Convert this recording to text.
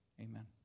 Amen